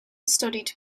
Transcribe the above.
studied